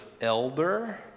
elder